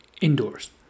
indoors